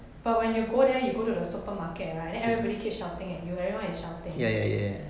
but when you go there you go to the supermarket right then everybody keep shouting at you everyone is shouting